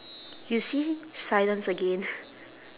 you see silence again